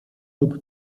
lub